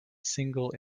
single